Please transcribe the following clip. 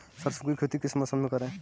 सरसों की खेती किस मौसम में करें?